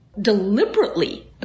deliberately